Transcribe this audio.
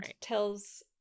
tells